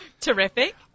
Terrific